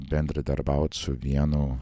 bendradarbiaut su vienu